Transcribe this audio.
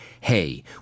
hey